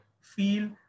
feel